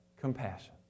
compassion